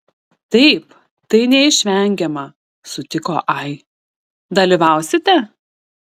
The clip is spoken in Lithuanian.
taip tai neišvengiama sutiko ai dalyvausite